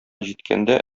җиткәндә